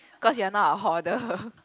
cause you are not a hoarder